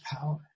power